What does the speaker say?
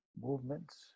movements